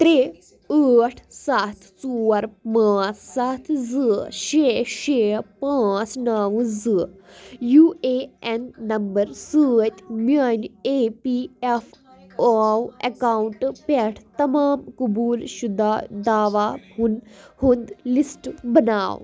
ترٛےٚ ٲٹھ سَتھ ژور پانٛژھ سَتھ زٕ شےٚ شےٚ پانٛژھ نَو زٕ یوٗ اے این نمبر سۭتۍ میانہِ E P F O account پٮ۪ٹھ تمام قبوٗل شُدا دعواہ ہُن ہُنٛد لسٹ بناو